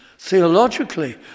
theologically